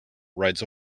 rides